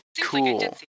cool